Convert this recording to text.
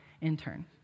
intern